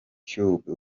cube